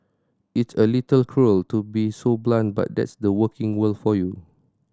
it's a little cruel to be so blunt but that's the working world for you